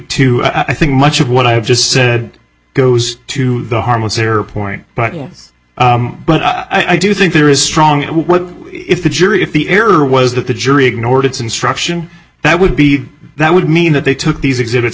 to i think much of what i have just said goes to the harmless error point but but i do think there is strong what if the jury if the error was that the jury ignored its instruction that would be that would mean that they took these exhibits